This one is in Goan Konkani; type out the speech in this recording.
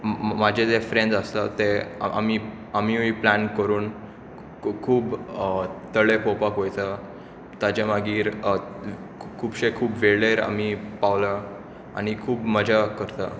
म्हजे जे फ्रेंड्स आसतात ते आमीय प्लॅन करून खूब तळे पळोवपाक वयतात ताज्या मागीर खुबशे खूब वेळेर आमी पावल्या आनी खूब मज्जा करतात